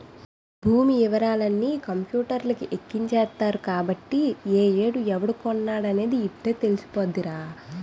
భూమి యివరాలన్నీ కంపూటర్లకి ఎక్కించేత్తరు కాబట్టి ఏ ఏడు ఎవడు కొన్నాడనేది యిట్టే తెలిసిపోద్దిరా